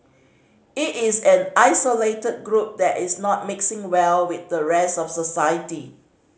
it is an isolated group that is not mixing well with the rest of society